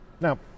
now